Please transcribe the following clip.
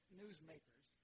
newsmakers